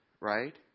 right